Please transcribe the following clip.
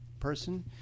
person